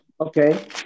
Okay